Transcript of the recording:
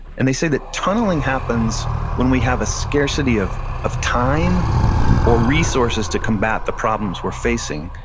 and they say that tunneling happens when we have a scarcity of of time or resources to combat the problems we're facing.